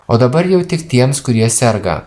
o dabar jau tik tiems kurie serga